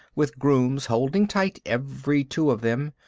with grooms holding tight every two of them,